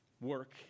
work